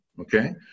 Okay